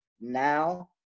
now